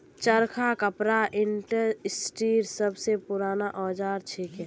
चरखा कपड़ा इंडस्ट्रीर सब स पूराना औजार छिके